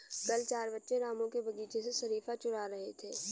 कल चार बच्चे रामू के बगीचे से शरीफा चूरा रहे थे